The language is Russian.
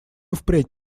впредь